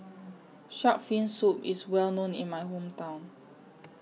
Shark's Fin Soup IS Well known in My Hometown